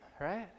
right